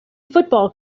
football